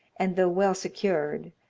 and, though well secured,